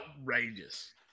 outrageous